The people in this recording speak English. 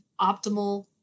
optimal